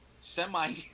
semi